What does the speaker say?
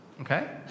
okay